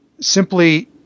simply